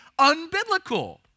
unbiblical